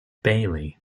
bailey